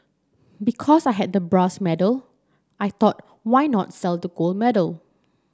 because I had the brass medal I thought why not sell the gold medal